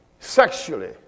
Sexually